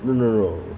the narrow